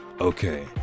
okay